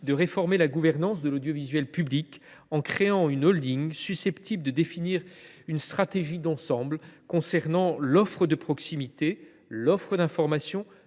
de réformer la gouvernance de l’audiovisuel public en créant une holding susceptible de définir une stratégie d’ensemble concernant l’offre de proximité, l’offre d’information,